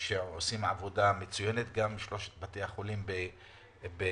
שעושה עבודה מצוינת, גם בשלושת בתי החולים בנצרת,